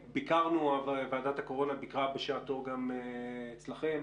ועדת הקורונה ביקרה בשעתו גם אצלכם.